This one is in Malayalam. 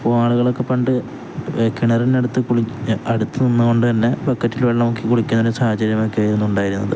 ആളുകളൊക്കെ പണ്ടു കിണറിനടുത്ത് അടുത്തു നിന്നുകൊണ്ടുതന്നെ ബക്കറ്റിൽ വെള്ളം മുക്കി കുളിക്കുന്നൊരു സാഹചര്യമൊക്കെ ആയിരുന്നു ഉണ്ടായിരുന്നത്